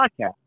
podcast